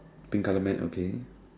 pink colour mat okay